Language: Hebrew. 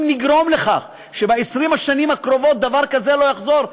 אם נגרום לכך שב-20 השנים הקרובות דבר כזה לא יחזור,